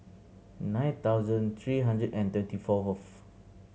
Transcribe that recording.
nine thousand three hundred and twenty four fourth